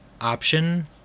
option